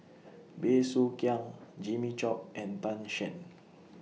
Bey Soo Khiang Jimmy Chok and Tan Shen